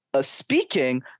speaking